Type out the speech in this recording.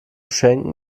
schenken